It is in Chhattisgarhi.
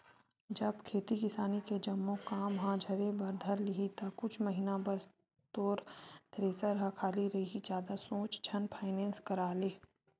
जब खेती किसानी के जम्मो काम ह झरे बर धर लिही ता कुछ महिना बस तोर थेरेसर ह खाली रइही जादा सोच झन फायनेंस करा ले